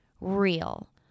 real